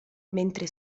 mentre